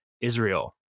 Israel